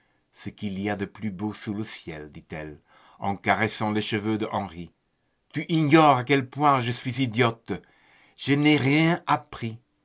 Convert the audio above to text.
ce qu'il y a de plus beau sous le ciel dit-elle en caressant les cheveux d'henri tu ignores à quel point je suis idiote je n'ai rien appris